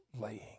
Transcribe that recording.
laying